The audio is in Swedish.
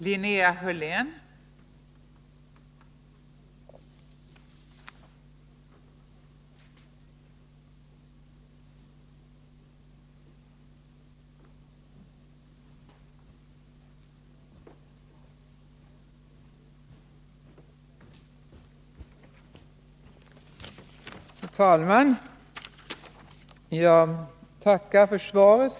Fru talman! Jag tackar för svaret.